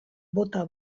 bota